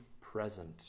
present